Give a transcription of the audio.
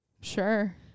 Sure